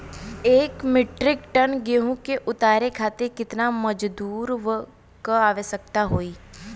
एक metric ton गेहूँ के उतारे खातीर कितना मजदूर क आवश्यकता होई?